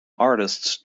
artists